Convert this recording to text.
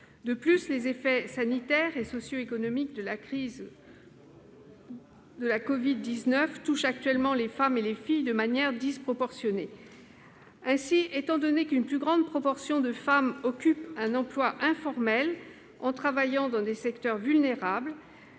De plus, les effets sanitaires et socioéconomiques de la crise de la covid-19 touchent actuellement les femmes et les filles de manière disproportionnée. Ainsi, étant donné qu'une plus grande proportion de femmes occupe un emploi informel en travaillant dans des secteurs vulnérables,